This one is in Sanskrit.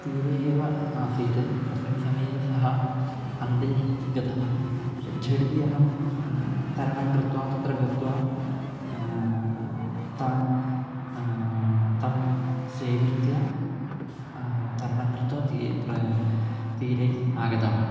तीरे एव आसीत् तस्मिन् समये सः अन्ते गतवान् झटिति अहं तरणं कृत्वा तत्र गत्वा तान् तं स्वीकृत्य तरणं कृत्वा ती प्र तीरे आगतवान्